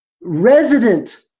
resident